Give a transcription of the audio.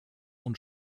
und